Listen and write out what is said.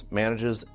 manages